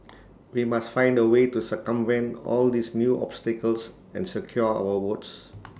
we must find A way to circumvent all these new obstacles and secure our votes